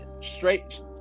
straight